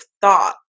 thought